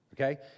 Okay